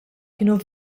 kienu